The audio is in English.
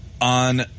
on